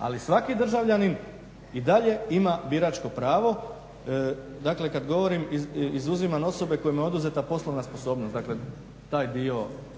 Ali svaki državljanin i dalje ima biračko pravo. Dakle, kad govorim izuzimam osobe kojima je oduzeta poslovna sposobnost, dakle taj dio da.